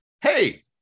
Hey